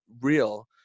real